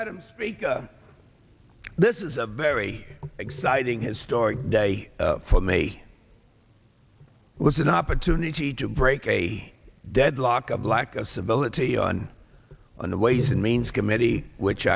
madam speaker this is a very exciting historic day for me was an opportunity to break a deadlock of lack of civility on on the ways and means committee which